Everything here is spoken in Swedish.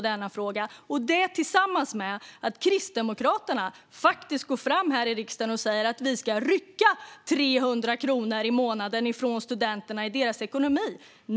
Detta sker samtidigt som Kristdemokraterna faktiskt går fram här i riksdagen och säger att man ska rycka 300 kronor i månaden från studenternas ekonomi.